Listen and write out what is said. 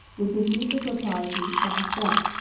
would perceive the propriety of the step.